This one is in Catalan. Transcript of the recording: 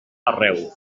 arreu